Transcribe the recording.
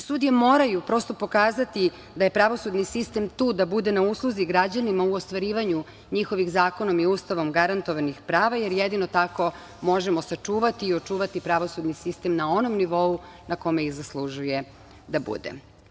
Sudije moraju pokazati da je pravosudni sistem tu da bude na usluzi građanima u ostvarivanju njihovih zakonom i Ustavom garantovanih prava, jer jedino tako možemo sačuvati i očuvati pravosudni sistem na onom nivou na kome i zaslužuje da bude.